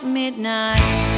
midnight